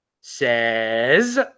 says